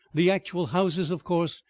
the actual houses, of course,